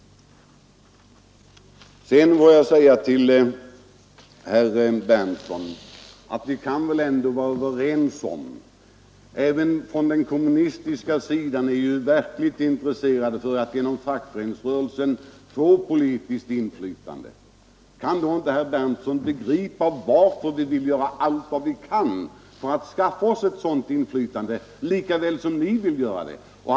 Sedan vill jag säga till herr Berndtson i Linköping att vi väl ändå kan vara överens. Eftersom man även på den kommunistiska sidan är verkligt intresserad av att genom fackföreningsrörelsen få politiskt inflytande, borde väl herr Berndtson kunna begripa varför vi vill göra allt vad vi kan lika väl som ni vill göra allt vad ni kan för att få ett sådant inflytande.